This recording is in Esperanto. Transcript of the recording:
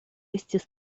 estis